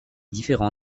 différents